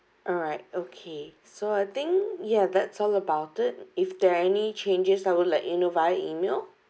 alright okay so I think yeah that's all about it if there are any changes I will let you know via email